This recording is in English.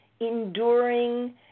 enduring